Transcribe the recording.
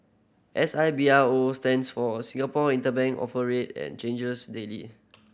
S I B R O stands for Singapore Interbank Offer Rate and changes daily